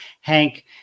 Hank